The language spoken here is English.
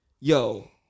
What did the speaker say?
Yo